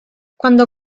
cuando